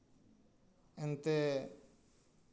ᱮᱱᱛᱮᱜ